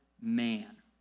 man